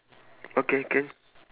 okay can